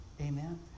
Amen